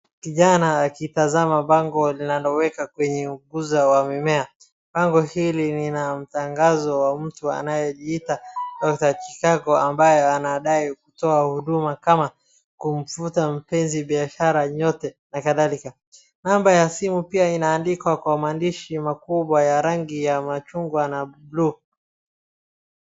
Kijana akitazama pango linalowekwa kwenye ukuza wa mimea pango hili lina tangazo wa mutu anayejita Dr. Chikonko ambaye anadai kutoa huduma kama kumvuta mpenzi, biashara nyota na kadhalika. Namba ya simu inaandikwa kwa maaadishi makubwa rangi ya machungwa na bluu.